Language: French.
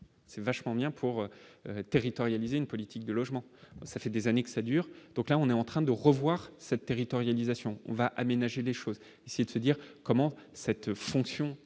c'est vachement bien pour territorialisée, une politique de logement, ça fait des années que ça dure, donc là on est en train de revoir cette territorialisation on va aménager les choses c'est de se dire comment cette fonction